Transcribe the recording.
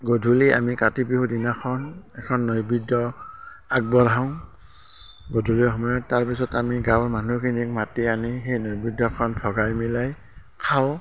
গধূলি আমি কাতি বিহুৰ দিনাখন এখন নৈবীদ্ৰ আগবঢ়াওঁ গধূলি সময়ত তাৰপিছত আমি গাঁৱৰ মানুহখিনিক মাতি আনি সেই নৈবীদ্ৰখন ভগাই মিলাই খাওঁ